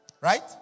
Right